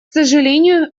сожалению